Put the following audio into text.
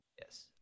Yes